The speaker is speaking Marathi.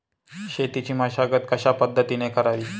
शेतीची मशागत कशापद्धतीने करावी?